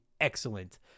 excellent